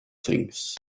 things